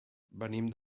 venim